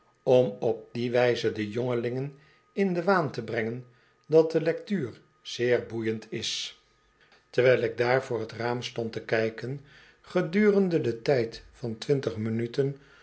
om op die wyze de jongelingen in den waan te brengen dat de lectuur zeer boeiend is terwijl ik daar voor t raam stond te kijken gedurende den tijd van twintig minuten